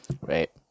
right